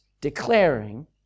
declaring